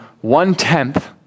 one-tenth